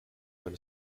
wenn